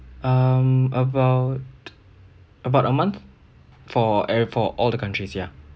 um about about a month for eh for all the countries ya